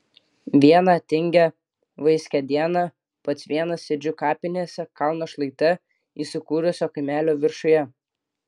vieną tingią vaiskią dieną pats vienas sėdžiu kapinėse kalno šlaite įsikūrusio kaimelio viršuje